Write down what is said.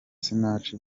sinach